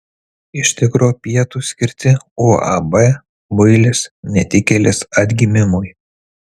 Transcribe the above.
iš tikro pietūs skirti uab builis netikėlis atgimimui